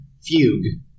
fugue